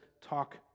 talk